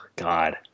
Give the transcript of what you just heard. God